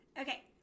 Okay